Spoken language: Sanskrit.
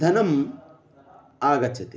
धनम् आगच्छति